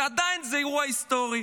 ועדיין זה אירוע היסטורי.